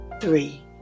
Three